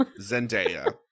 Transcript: Zendaya